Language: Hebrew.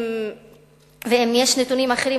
אם לשר יש נתונים אחרים,